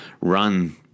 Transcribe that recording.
run